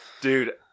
Dude